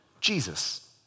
Jesus